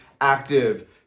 active